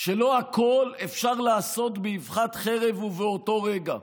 שלא הכול אפשר לעשות באבחת חרב ובאותו רגע.